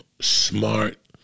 Smart